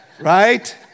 Right